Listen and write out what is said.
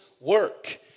work